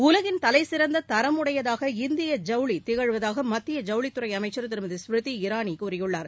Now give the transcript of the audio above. உலகின் தலைசிறந்த தரமுடையதாக இந்திய ஜவுளி திகழுவதாக மத்திய ஜவுளித்துறை அமைச்சர் திருமதி ஸ்மிருதி இரானி கூறியுள்ளார்